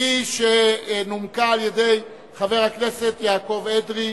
כפי שנומקה על-ידי חבר הכנסת יעקב אדרי,